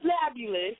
Fabulous